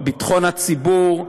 ביטחון הציבור,